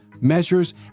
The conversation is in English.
measures